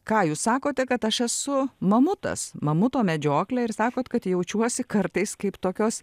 ką jūs sakote kad aš esu mamutas mamuto medžioklė ir sakot kad jaučiuosi kartais kaip tokios